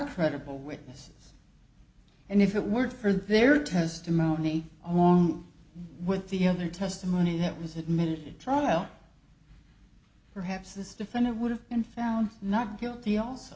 credible witnesses and if it weren't for their testimony along with the other testimony that was admitted trial perhaps this defendant would have been found not guilty also